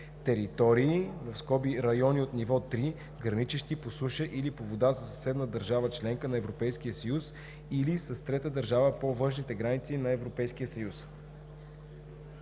територии (райони от ниво 3), граничещи по суша или по вода със съседна държава – членка на Европейския съюз, или с трета държава по външните граници на Европейския съюз.“